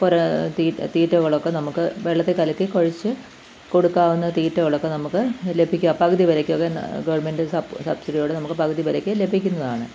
കുറേ തീറ്റ തീറ്റകളൊക്കെ നമുക്ക് വെള്ളത്തിൽ കലക്കി കുഴച്ച് കൊടുക്കാവുന്ന തീറ്റകളൊക്കെ നമുക്ക് ലഭിക്കും പകുതി വിലക്കൊക്കെ ഗവൺമെൻറ്റ് സബ് സബ്സീഡികൾ നമുക്ക് പകുതി വിലക്കു ലഭിക്കുന്നതാണ്